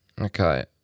Okay